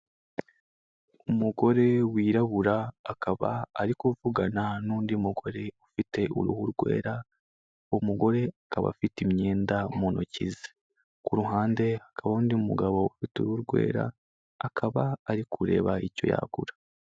Umugore wirabura akaba ari kuvugana n'undi mugore ufite uruhu rwera, uwo mugore akaba afite imyenda mu ntoki ze, ku ruhande hakaba hari n'undi mugabo ufite uruhu urwera akaba ari kureba icyo yagura.